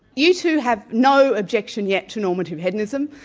you two have no objection yet to normative hedonism,